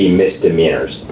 misdemeanors